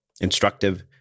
instructive